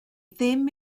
ddim